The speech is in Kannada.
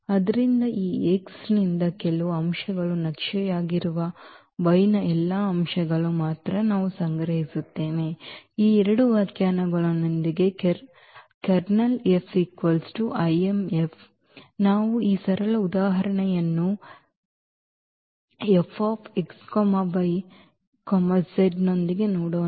ಆದ್ದರಿಂದ ಈ X ನಿಂದ ಕೆಲವು ಅಂಶಗಳ ನಕ್ಷೆಯಾಗಿರುವ y ನ ಎಲ್ಲಾ ಅಂಶಗಳನ್ನು ಮಾತ್ರ ನಾವು ಸಂಗ್ರಹಿಸುತ್ತೇವೆ ಈ 2 ವ್ಯಾಖ್ಯಾನಗಳೊಂದಿಗೆ Ker F ಮತ್ತು Im F ನಾವು ಈ ಸರಳ ಉದಾಹರಣೆಯನ್ನು F x y z ನೊಂದಿಗೆ ನೋಡೋಣ